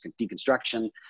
deconstruction